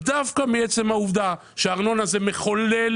דווקא מעצם העובדה שהארנונה היא אחד ממחוללי